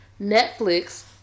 Netflix